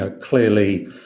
clearly